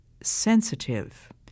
sensitive